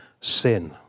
sin